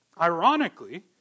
ironically